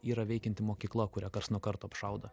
yra veikianti mokykla kurią karts nuo karto apšaudo